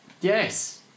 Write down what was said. Yes